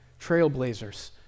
trailblazers